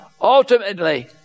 ultimately